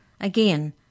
Again